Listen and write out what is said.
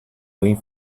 waiting